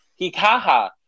Hikaha